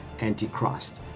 antichrist